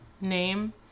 name